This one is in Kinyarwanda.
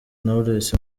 knowless